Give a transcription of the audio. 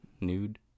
Nude